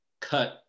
cut